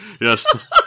Yes